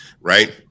right